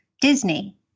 Disney